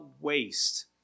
waste